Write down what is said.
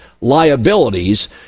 liabilities